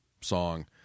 song